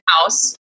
house